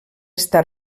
està